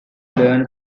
learn